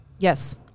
Yes